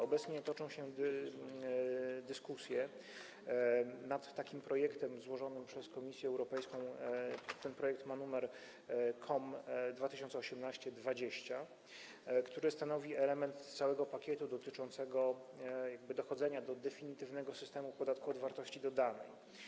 Obecnie toczą się dyskusje nad projektem złożonym przez Komisję Europejską - ma on numer COM (2018) 20 - który stanowi element całego pakietu dotyczącego dochodzenia do definitywnego systemu podatku od wartości dodanej.